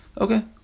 Okay